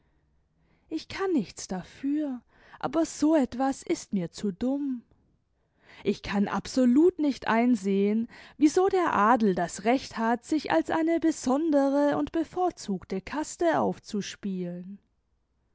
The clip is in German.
ich kann nichts dafür aber so etwas ist mir zu dumm ich kann absolut nicht einsehen wieso der adel das recht hat sich als eine besondere und bevorzugte kaste aufzuspielen